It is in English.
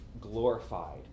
glorified